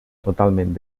totalment